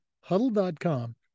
huddle.com